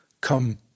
come